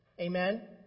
Amen